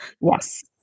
Yes